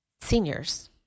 seniors